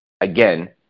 again